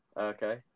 okay